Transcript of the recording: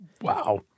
Wow